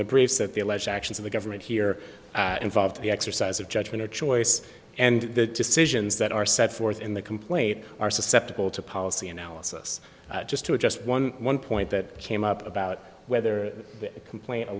that the alleged actions of the government here involved the exercise of judgment or choice and the decisions that are set forth in the complaint are susceptible to policy analysis just two of just one one point that came up about whether the complaint a